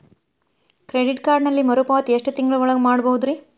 Credit ಕಾರ್ಡಿನಲ್ಲಿ ಮರುಪಾವತಿ ಎಷ್ಟು ತಿಂಗಳ ಒಳಗ ಮಾಡಬಹುದ್ರಿ?